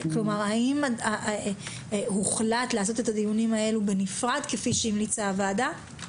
האם הוחלט לעשות את הדיונים האלה בנפרד כפי שהמליצה הוועדה?